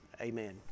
Amen